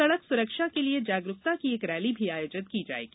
सड़क सुरक्षा के लिए जागरुकता की एक रैली भी आयोजित की जाएगी